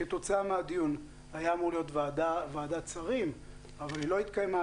כתוצאה מהדיון הייתה אמורה להיות ועדת שרים אבל היא לא התקיימה.